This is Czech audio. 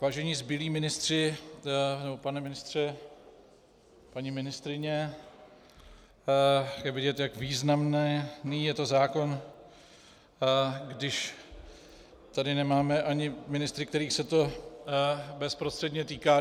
Vážení zbylí ministři pane ministře , paní ministryně je vidět, jak významný je to zákon, když tady nemáme ani ministry, kterých se to bezprostředně týká.